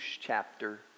chapter